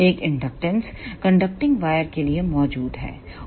एक inductance conducting wire के लिए एक मौजूद है